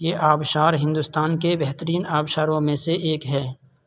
یہ آبشار ہندوستان کے بہترین آبشاروں میں سے ایک ہے